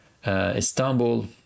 Istanbul